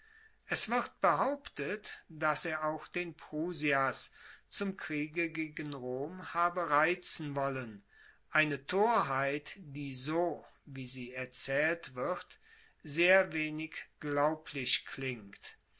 es wird behauptet dass er auch den prusias zum kriege gegen rom habe reizen wollen eine torheit die so wie sie erzaehlt wird sehr wenig glaublich klingt